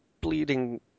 bleeding